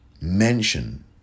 mention